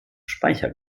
speicher